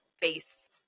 base